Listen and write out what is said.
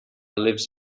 lives